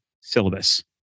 syllabus